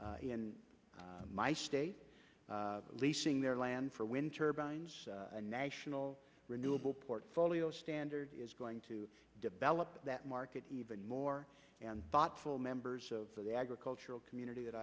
in my state leasing their land for when turbines a national renewable portfolio standard is going to develop that market even more and thoughtful members of the agricultural community that